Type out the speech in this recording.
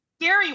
Gary